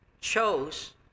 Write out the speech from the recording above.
chose